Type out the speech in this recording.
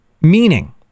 meaning